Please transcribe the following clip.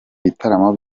bitaramo